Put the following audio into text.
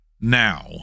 now